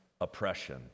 oppression